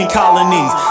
colonies